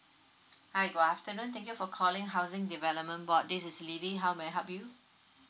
hi good afternoon thank you for calling housing development board this is L I L Y how may I help you